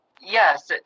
Yes